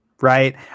right